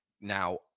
Now